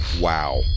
Wow